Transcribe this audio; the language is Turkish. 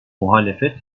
muhalefet